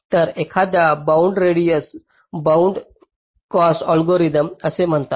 तर एखाद्यास bound radius bound cost algorithm असे म्हणतात